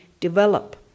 develop